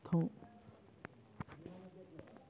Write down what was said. चालू खाता ले फोन ले कइसे प्रतिबंधित कर सकथव?